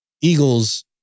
Eagles